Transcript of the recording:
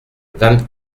vingt